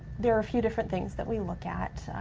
there are a few different things that we look at.